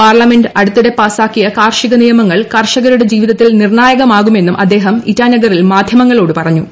parliament അടുത്തിടെ പാസാക്കിയ കാർഷിക നിയമങ്ങൾ കർഷകരുടെ ജീവിതത്തിൽ നിർണായകമാകുമെന്നും അദ്ദേഹം ഇറ്റാനഗറിൽ മാധ്യമങ്ങളോട് പറഞ്ഞു